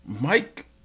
Mike